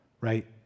Right